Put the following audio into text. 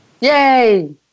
Yay